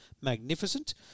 magnificent